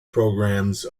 programmes